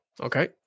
Okay